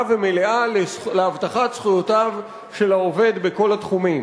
ומלאה להבטחת זכויותיו של העובד בכל התחומים.